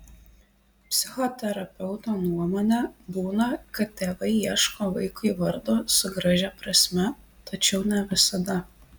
psichoterapeuto nuomone būna kad tėvai ieško vaikui vardo su gražia prasme tačiau ne visada